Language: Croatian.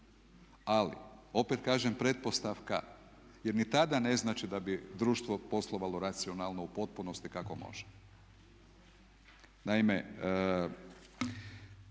Ali opet kažem pretpostavka jer ni tada ne znači da bi društvo poslovalo racionalno u potpunosti kako može. Naime,